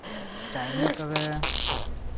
chowmein ᱛᱚᱵᱮ